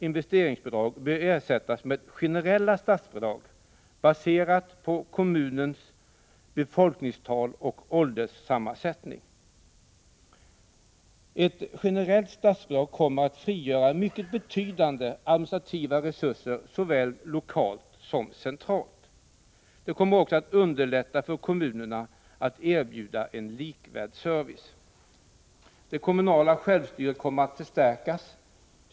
investeringsbidragen, bör ersättas med generella statsbidrag Ett generellt statsbidrag kommer att frigöra mycket betydande administrativa resurser såväl lokalt som centralt. Det kommer också att underlätta för kommunerna att erbjuda en likvärdig service. Det kommunala självstyret kommer att förstärkas.